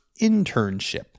internship